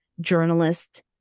journalist